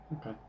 Okay